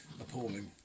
appalling